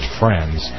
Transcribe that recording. friends